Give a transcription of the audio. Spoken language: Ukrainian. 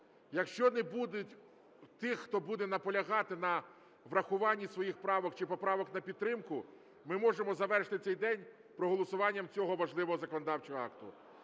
Якщо не буде тих, хто буде наполягати на врахуванні своїх правок чи поправок на підтримку, ми можемо завершити цей день голосуванням цього важливого законодавчого акта.